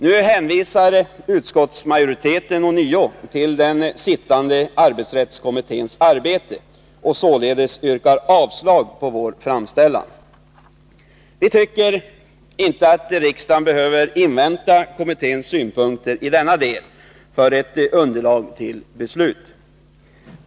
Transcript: Nu hänvisar utskottsmajoriteten ånyo till den sittande arbetsrättskommitténs arbete och yrkar således avslag på vår framställan. Vi tycker inte att riksdagen behöver invänta kommitténs synpunkter i denna del för att ha underlag till ett beslut.